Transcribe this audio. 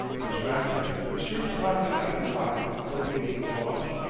distracted, he searched pocket after pocket, locating his watch,